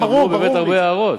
והתקבלו באמת הרבה הערות.